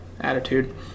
attitude